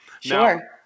Sure